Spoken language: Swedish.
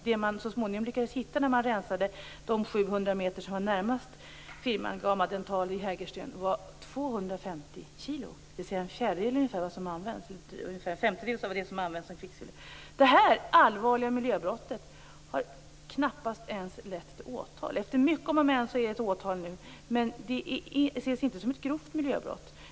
När man rensade de 700 meter som låg närmast firman GAMA Dental fann man så småningom 250 kg kvicksilver, dvs. ungefär motsvarande en femtedel av det kvicksilver som används till amalgam. Detta allvarliga miljöbrott har knappt ens lett till åtal. Efter mycket om och men har ett åtal nu väckts, men fallet ses inte som ett grovt miljöbrott.